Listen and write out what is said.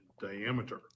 diameter